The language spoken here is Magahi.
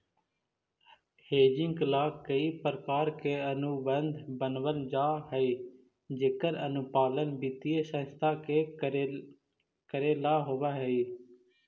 हेजिंग ला कईक प्रकार के अनुबंध बनवल जा हई जेकर अनुपालन वित्तीय संस्था के कऽरेला होवऽ हई